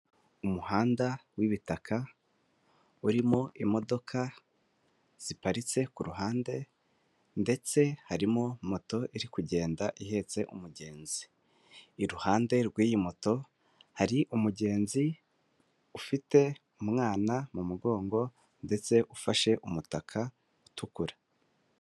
Umuhanda w'ibitaka urimo imodoka ziparitse kuruhande ndetse harimo moto iri kugenda ihetse umugenzi iruhande rw'iyi moto hari umugenzi ufite umwana mu mugongo ndetse ufashe umutaka utukura.